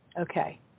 Okay